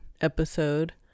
episode